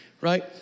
right